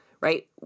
Right